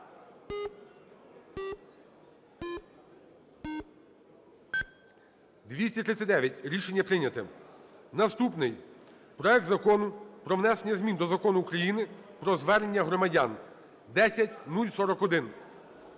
За-239 Рішення прийнято. Наступний: проект Закону про внесення змін до Закону України "Про звернення громадян" (10041).